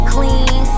Clean